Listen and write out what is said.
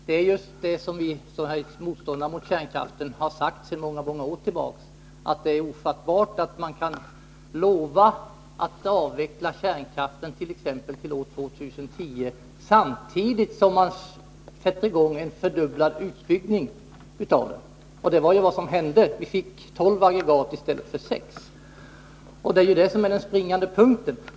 Herr talman! Ja, det är just det som vi motståndare mot kärnkraften har sagt sedan många år tillbaka, dvs. att det är ofattbart att man kan lova att avveckla kärnkraften, t.ex. till år 2010, samtidigt som man sätter i gång en fördubblad utbyggnad av den. Det var ju vad som hände. Vi fick tolv aggregat i stället för sex. Det är det som är den springande punkten.